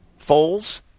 Foles